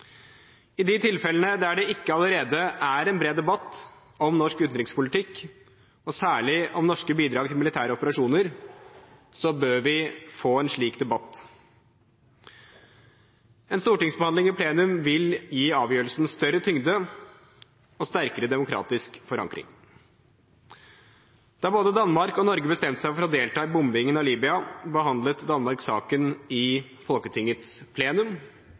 I de tilfellene der det ikke allerede er en bred debatt om norsk utenrikspolitikk, særlig om norske bidrag til militære operasjoner, bør vi få en slik debatt. En stortingsbehandling i plenum vil gi avgjørelsen større tyngde og sterkere demokratisk forankring. Da både Danmark og Norge bestemte seg for å delta i bombingen av Libya, behandlet Danmark saken i Folketinget i plenum.